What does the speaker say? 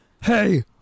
hey